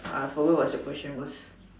I forgot what's the question was